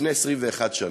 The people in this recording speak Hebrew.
לפני 21 שנה.